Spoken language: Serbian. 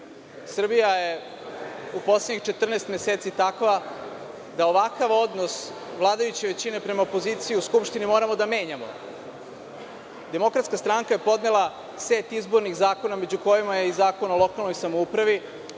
Srbija je u poslednjih 14 meseci takva da ovakav odnos vladajuće većine prema opoziciji u Skupštini moramo da menjamo. Demokratska stranka je podnela set izbornih zakona, među kojima je i Zakon o lokalnoj samoupravi,